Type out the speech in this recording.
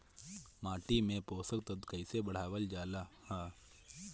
माटी में पोषक तत्व कईसे बढ़ावल जाला ह?